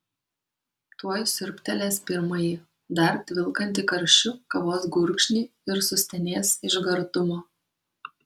tuoj siurbtelės pirmąjį dar tvilkantį karščiu kavos gurkšnį ir sustenės iš gardumo